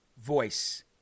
Voice